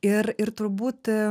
ir ir turbūt